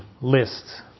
lists